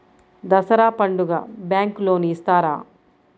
దసరా పండుగ bank loan ఇస్తారా?